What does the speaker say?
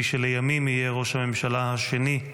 מי שלימים יהיה ראש הממשלה השני,